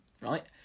right